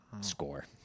score